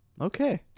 Okay